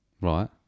right